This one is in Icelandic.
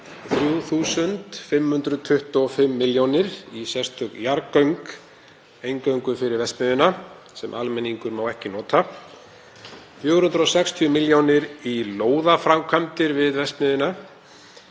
3.525 milljónir í sérstök jarðgöng eingöngu fyrir verksmiðjuna, sem almenningur má ekki nota, 460 milljónir í lóðaframkvæmdir við verksmiðjuna